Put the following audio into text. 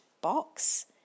box